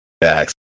back